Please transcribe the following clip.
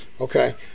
Okay